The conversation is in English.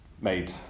made